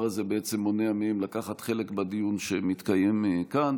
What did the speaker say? הזה בעצם מונע מהם לקחת חלק בדיון שמתקיים כאן.